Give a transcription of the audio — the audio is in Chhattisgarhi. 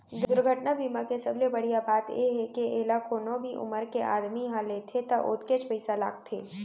दुरघटना बीमा के सबले बड़िहा बात ए हे के एला कोनो भी उमर के आदमी ह लेथे त ओतकेच पइसा लागथे